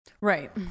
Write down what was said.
Right